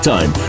Time